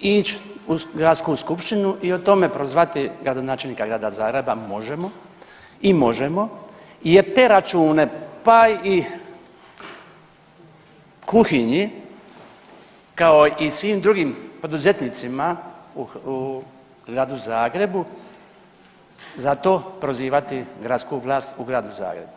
i ići u Gradsku skupštinu i o tome prozvati gradonačelnika grada Zagreba, Možemo i Možemo jer te račune, pa i kuhinji kao i svim drugim poduzetnicima u Gradu Zagrebu za to prozivati gradsku vlast u Gradu Zagrebu.